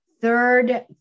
third